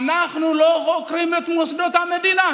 אנחנו לא חוקרים את מוסדות המדינה.